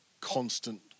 constant